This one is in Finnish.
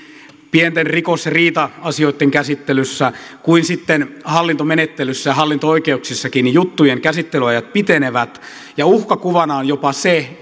pienten rikos ja riita asioitten käsittelyssä kuin sitten hallintomenettelyssä ja hallinto oikeuksissakin juttujen käsittelyajat pitenevät ja uhkakuvana on jopa se